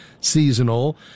seasonal